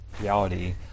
Reality